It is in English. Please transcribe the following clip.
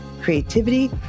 creativity